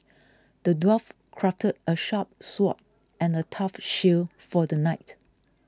the dwarf crafted a sharp sword and a tough shield for the knight